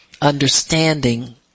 understanding